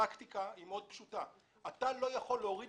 הפרקטיקה פשוטה מאוד: אתה לא יכול להוריד